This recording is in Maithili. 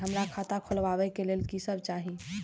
हमरा खाता खोलावे के लेल की सब चाही?